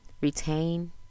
retain